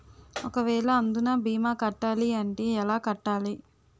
ఒక వేల అందునా భీమా కట్టాలి అంటే ఎలా కట్టాలి?